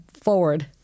forward